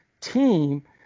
team –